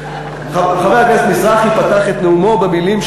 חבר הכנסת מזרחי פתח את נאומו במילים: